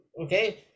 okay